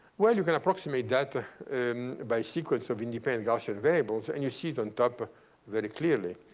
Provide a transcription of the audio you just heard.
well, you can approximate that ah and by sequence of independent gaussian variables. and you see it on top very clearly.